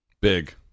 Big